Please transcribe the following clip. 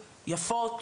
יפות,